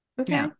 Okay